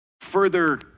further